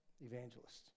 Evangelists